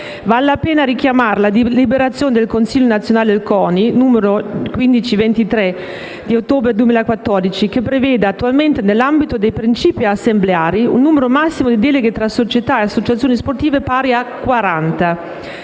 Vale la pena richiamare la deliberazione del consiglio nazionale del CONI n. 1523 del 28 ottobre 2014 che prevede, attualmente, nell'ambito dei principi assembleari, un numero massimo di deleghe tra società e associazioni sportive pari a 40.